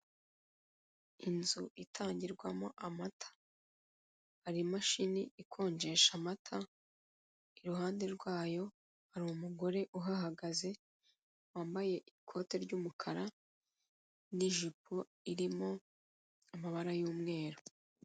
Inzu itangirwamo amata hari imashini ikonjesha amata iruhande rwayo hari umugore uhahagaze wambaye ikote ry'umukara n'ijipo irimo amabara y'umweru.